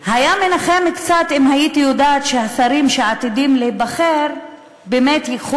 היה מנחם קצת אם הייתי יודעת שהשרים שעתידים להיבחר באמת ייקחו